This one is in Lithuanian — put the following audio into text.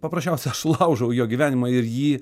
paprasčiausia aš laužau jo gyvenimą ir jį